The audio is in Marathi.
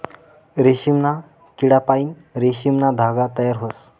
रेशीमना किडापाईन रेशीमना धागा तयार व्हस